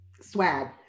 swag